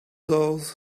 those